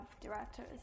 directors